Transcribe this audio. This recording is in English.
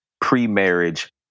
pre-marriage